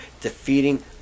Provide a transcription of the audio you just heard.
defeating